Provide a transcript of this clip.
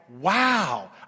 wow